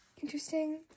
interesting